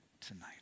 tonight